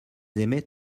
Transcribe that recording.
aimaient